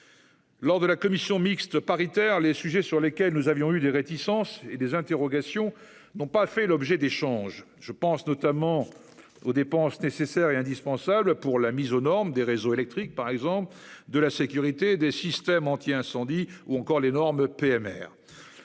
Lors de la commission mixte paritaire, les sujets sur lesquels nous avions eu des réticences et des interrogations n'ont pas été débattus : je pense notamment aux dépenses nécessaires et indispensables pour la mise aux normes des réseaux électriques, la sécurité, les systèmes anti-incendie, ou encore les normes